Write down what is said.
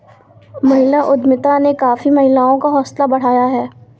महिला उद्यमिता ने काफी महिलाओं का हौसला बढ़ाया है